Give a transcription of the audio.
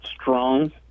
strong